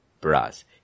brass